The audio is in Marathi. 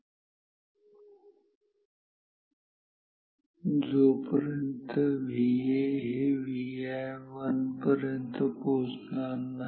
जोपर्यंत VA हे Vi1 पर्यंत पोहोचणार नाही